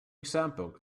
example